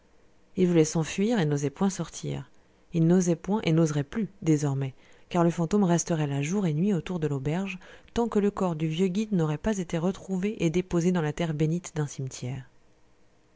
il voulait s'enfuir et n'osait point sortir il n'osait point et n'oserait plus désormais car le fantôme resterait là jour et nuit autour de l'auberge tant que le corps du vieux guide n'aurait pas été retrouvé et déposé dans la terre bénite d'un cimetière